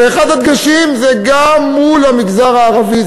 ואחד הדגשים הוא גם מול המגזר הערבי.